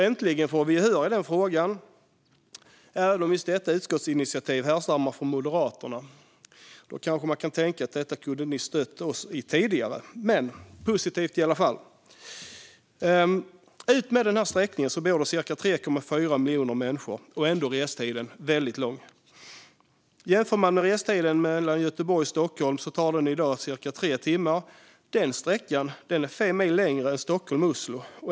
Äntligen får vi gehör i frågan, även om just detta utskottsinitiativ härstammar från Moderaterna. Man kan ju tänka att ni kunde ha stött oss i detta tidigare, men det är positivt i alla fall. Utmed denna sträckning bor cirka 3,4 miljoner människor, och ändå är restiden väldigt lång. Man kan jämföra med restiden mellan Göteborg och Stockholm, som i dag är cirka tre timmar. Den sträckan är fem mil längre än Stockholm-Oslo.